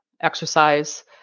exercise